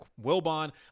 Wilbon